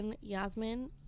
Yasmin